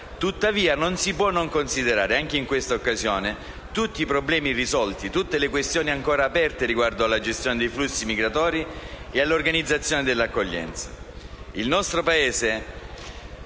Tuttavia, non si possono non considerare, anche in questa occasione, tutti i problemi irrisolti e le questioni ancora aperte riguardo alla gestione dei flussi migratori e all'organizzazione dell'accoglienza.